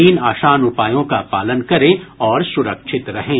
तीन आसान उपायों का पालन करें और सुरक्षित रहें